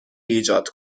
ایجاد